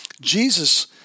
Jesus